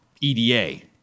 EDA